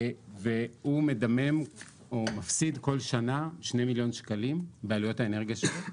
והוא מפסיד כל שנה 2 מיליון שקלים בעלויות האנרגיה שלו.